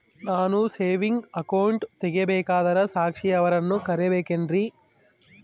ನಾನು saving account ತೆಗಿಬೇಕಂದರ ಸಾಕ್ಷಿಯವರನ್ನು ಕರಿಬೇಕಿನ್ರಿ?